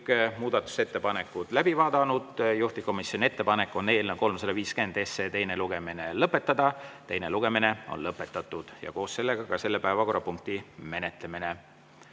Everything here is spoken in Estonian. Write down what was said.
muudatusettepanekud läbi vaadanud. Juhtivkomisjoni ettepanek on eelnõu 350 teine lugemine lõpetada. Teine lugemine on lõpetatud ja koos sellega [on lõppenud] ka selle päevakorrapunkti menetlemine.